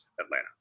atlanta